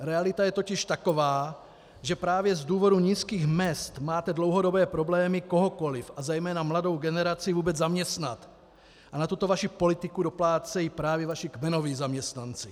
Realita je totiž taková, že právě z důvodu nízkých mezd máte dlouhodobé problémy kohokoli, a zejména mladou generaci, vůbec zaměstnat a na tuto vaši politiku doplácejí právě vaši kmenoví zaměstnanci.